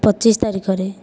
ପଚିଶ ତାରିଖରେ